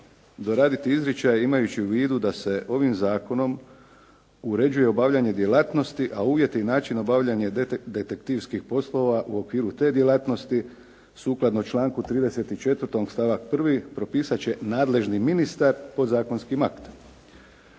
Doraditi izričaj imajući u vidu da se ovim zakonom uređuje obavljanje djelatnosti, a uvjeti i način obavljanja detektivskih poslova u okviru te djelatnosti sukladno članku 34. stavak 1. propisat će nadležni ministar podzakonskim aktom.